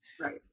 Right